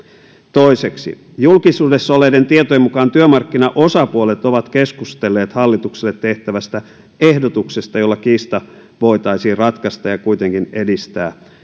toiseksi julkisuudessa olleiden tietojen mukaan työmarkkinaosapuolet ovat keskustelleet hallitukselle tehtävästä ehdotuksesta jolla kiista voitaisiin ratkaista ja kuitenkin edistää